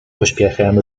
pośpiechem